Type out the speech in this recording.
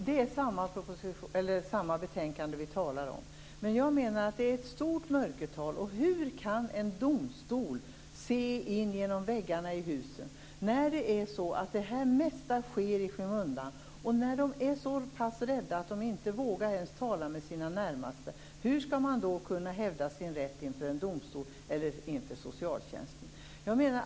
Herr talman! Det är samma betänkande vi talar om. Jag menar att mörkertalet är stort. Hur kan en domstol se in genom väggarna i husen? Det mesta sker i skymundan. De flesta är så rädda att de inte vågar tala ens med sina närmaste. Hur skall man då kunna hävda sin rätt inför en domstol eller inför socialtjänsten?